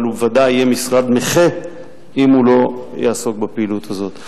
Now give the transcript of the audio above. אבל הוא בוודאי יהיה משרד נכה אם הוא לא יעסוק בפעילות הזאת.